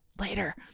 later